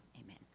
amen